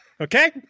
okay